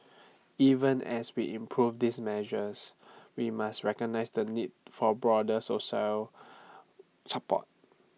even as we improve these measures we must recognise the need for broader social support